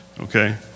Okay